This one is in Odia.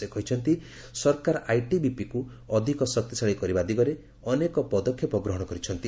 ସେ କହିଛନ୍ତି ସରକାର ଆଇଟିବିପିକୁ ଅଧିକ ଶକ୍ତିଶାଳୀ କରିବା ଦିଗରେ ଅନେକ ପଦକ୍ଷେପ ଗ୍ରହଣ କରିଛନ୍ତି